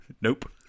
Nope